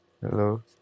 Hello